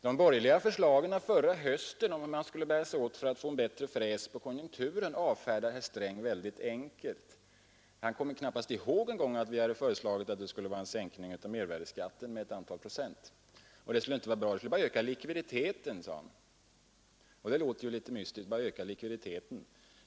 De borgerliga förslagen förra hösten om hur man skulle bära sig åt för att få en bättre fräs på konjunkturen avfärdade herr Sträng mycket enkelt. Han kommer knappast ens ihåg att vi då föreslog en sänkning av mervärdeskatten med ett antal procent. Det skulle bara öka likviditeten, sade herr Sträng, och det låter ju litet mystiskt.